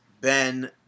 Ben